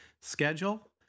schedule